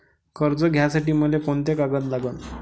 कर्ज घ्यासाठी मले कोंते कागद लागन?